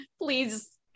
please